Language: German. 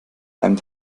einem